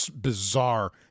bizarre